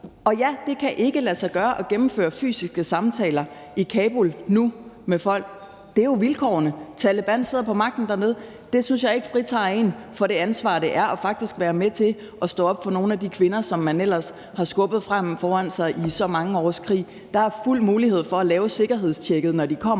Og ja, det kan ikke lade sig gøre at gennemføre fysiske samtaler med folk i Kabul nu. Det er jo vilkårene – Taleban sidder på magten dernede. Det synes jeg ikke fritager en for det ansvar, det er faktisk at være med til at stå op for nogle af de kvinder, som man ellers har skubbet frem foran sig i så mange års krig. Der er fuld mulighed for at lave sikkerhedstjekket, når de kommer